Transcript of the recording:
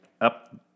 up